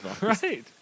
Right